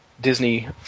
Disney